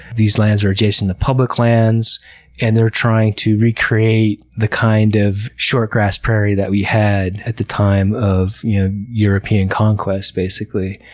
these lands are adjacent to public lands and they're trying to recreate the kind of shortgrass prairie that we had at the time of european conquest, basically,